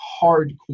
hardcore